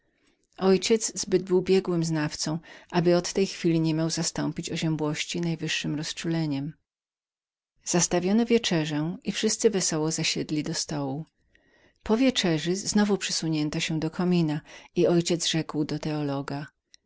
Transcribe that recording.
ojciec zbyt był biegłym znawcą aby w tej chwili nie miał zastąpić dawnej oziębłości najżywszym rozczuleniem zastawiono wieczerzę i wszyscy wesoło zasiedli do stołu po wieczerzy znowu przysunięto się do komina i mój ojciec rzekł do teologa